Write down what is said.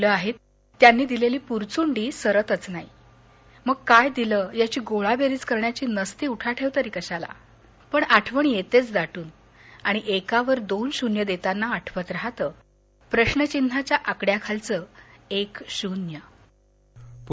लं आहेत त्यांनी दिलेली पुरचुंडी सरतच नाही मग काय दिलं याची गोळाबेरीज करण्याची नसती उठाठेव कशाला पण आठवण येतेच दाटून आणि एकावर दोन शुन्य देताना आठवत राहतं प्रश्नचिन्हाच्या आकड्याखालचं एक शुन्य पु